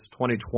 2020